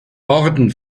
orden